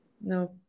No